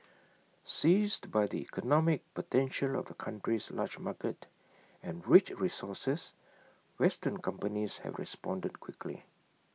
seized by the economic potential of the country's large market and rich resources western companies have responded quickly